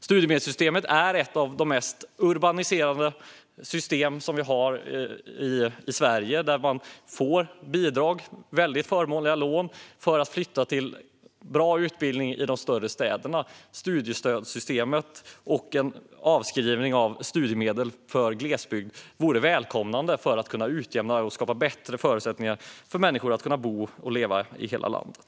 Studiemedelssystemet är ett av de mest urbaniserade system som vi har i Sverige. Man får bidrag och väldigt förmånliga lån för att flytta till en bra utbildning i de större städerna. Studiestödssystemet och en avskrivning av studiemedel för dem som flyttar till glesbygd vore välkommet för att kunna utjämna och skapa bättre förutsättningar för människor att bo och leva i hela landet.